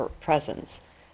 presence